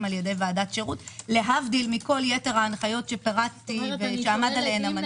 על-ידי ועדת שירות להבדיל מכל יתר ההנחיות שפירטתי ושעמד עליהן המנכל.